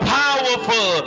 powerful